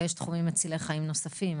ויש תחומים מצילי חיים נוספים,